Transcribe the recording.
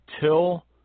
till